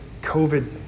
COVID